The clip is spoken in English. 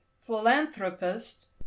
philanthropist